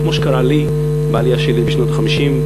כמו שקרה לי בעלייה שלי בשנות ה-50,